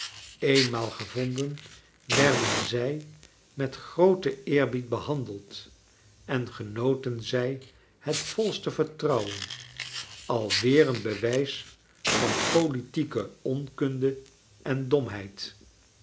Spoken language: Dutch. eenmaal gevonden werden zij met grooten eerbied behandeld en genoten zij het volste vertrouwen alweer een bewijs van politieke on kunde en domheid